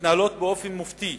מתנהלות באופן מופתי,